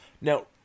now